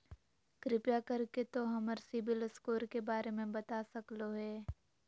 कृपया कर के तों हमर सिबिल स्कोर के बारे में बता सकलो हें?